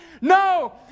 No